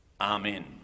Amen